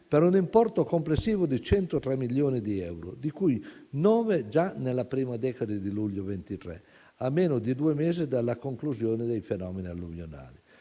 per un importo complessivo di 103 milioni di euro, di cui nove già nella prima decade di luglio 2023, a meno di due mesi dalla conclusione dei fenomeni alluvionali.